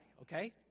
okay